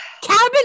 cabin